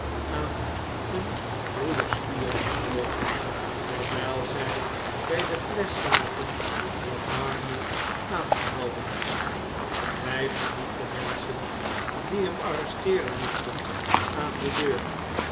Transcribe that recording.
aan een broederspion vernomenj terwijl zg bg de flesch zaten dat darnay aangehouden is hg verliet de menschen die hem arresteeren moesten aan de deur